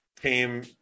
came